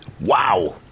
wow